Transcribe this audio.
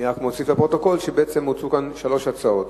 אני מוסיף לפרוטוקול שבעצם הוצעו כאן שלוש הצעות: